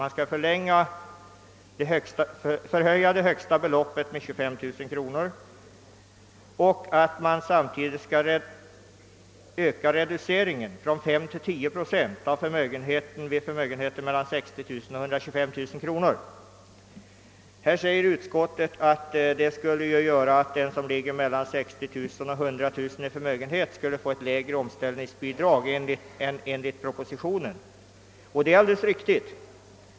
Man bör alltså höja det högsta beloppet med 25000 kronor och samtidigt öka reduceringen från 5 till 10 procent av förmögenheten vid förmögenheter på mellan 60 000 och 125 000 kronor. Utskottet invänder att detta skulle medföra att den som ligger mellan 60 000 och 100 000 kronor i förmögenhet skulle få ett lägre omställningsbidrag än enligt propositionen. Det är alldeles riktigt.